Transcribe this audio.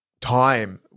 time